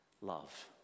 love